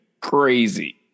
crazy